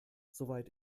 soweit